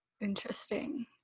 Interesting